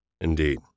Indeed